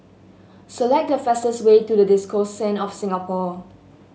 select the fastest way to the Diocese of Singapore